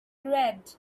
red